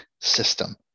system